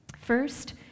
First